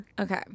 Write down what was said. Okay